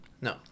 No